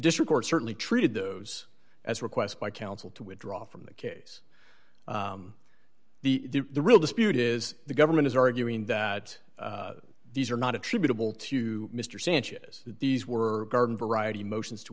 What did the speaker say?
district or certainly treated those as requests by counsel to withdraw from the case the real dispute is the government is arguing that these are not attributable to mr sanchez these were garden variety motions to